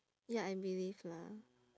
ya I believe lah